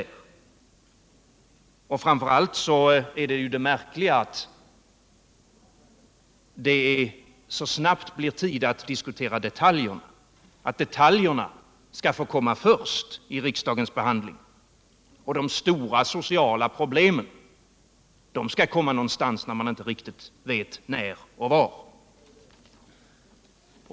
Vad Alkoholpolitiska frågor Alkoholpolitiska frågor som framför allt är märkligt är att det så snabbt blir tid att diskutera detaljerna. De får komma först vid riksdagens behandling, men när och var de stora sociala problemen skall behandlas vet man inte riktigt.